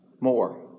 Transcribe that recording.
more